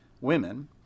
women